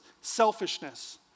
selfishness